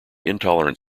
intolerant